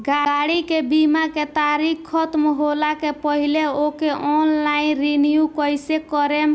गाड़ी के बीमा के तारीक ख़तम होला के पहिले ओके ऑनलाइन रिन्यू कईसे करेम?